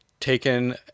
taken